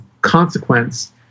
consequence